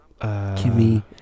Kimmy